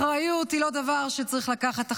אחריות היא לא דבר שצריך לקחת,